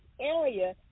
area